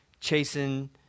chasing